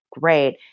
great